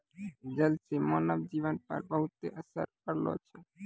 जल से मानव जीवन पर बहुते असर पड़लो छै